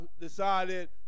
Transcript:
decided